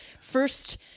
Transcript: first